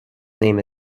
name